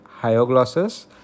hyoglossus